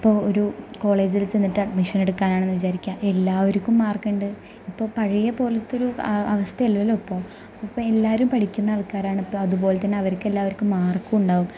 ഇപ്പോൾ ഒരു കോളേജിൽ ചെന്നിട്ട് അഡ്മിഷൻ എടുക്കാനാണെന്ന് വിചാരിക്കുക എല്ലാവർക്കും മാർക്ക് ഉണ്ട് ഇപ്പോൾ പഴയത് പോലത്തെ ഒരു അവസ്ഥ അല്ലല്ലോ ഇപ്പോൾ ഇപ്പോൾ എല്ലാവരും പഠിക്കുന്ന ആൾക്കാരാണ് അപ്പം അതുപോലെ തന്നെ അവർക്ക് എല്ലാവർക്കും മാർക്കും ഉണ്ടാവും